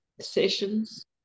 sessions